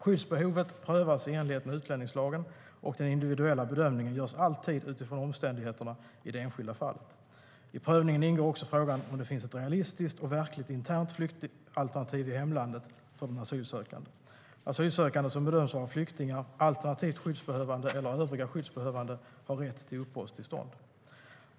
Skyddsbehovet prövas i enlighet med utlänningslagen, och den individuella bedömningen görs alltid utifrån omständigheterna i det enskilda fallet. I prövningen ingår också frågan om det finns ett realistiskt och verkligt internt flyktalternativ i hemlandet för den asylsökande. Asylsökande som bedöms vara flyktingar, alternativt skyddsbehövande eller övriga skyddsbehövande, har rätt till uppehållstillstånd.